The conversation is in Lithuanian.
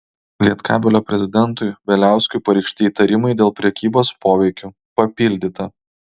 lietkabelio prezidentui bieliauskui pareikšti įtarimai dėl prekybos poveikiu papildyta